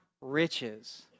riches